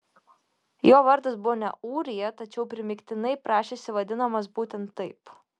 jo vardas buvo ne ūrija tačiau primygtinai prašėsi vadinamas būtent taip